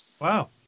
Wow